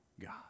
God